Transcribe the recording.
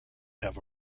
have